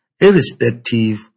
irrespective